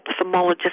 ophthalmologist